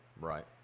Right